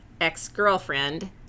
ex-girlfriend